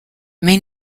may